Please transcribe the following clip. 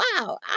wow